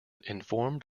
informed